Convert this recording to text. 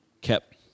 Kept